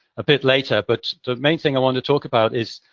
a bit later. but the main thing i want to talk about is,